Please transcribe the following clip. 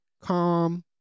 calm